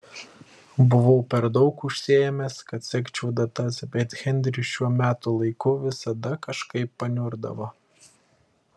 buvau per daug užsiėmęs kad sekčiau datas bet henris šiuo metų laiku visada kažkaip paniurdavo